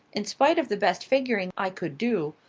in spite of the best figuring i could do,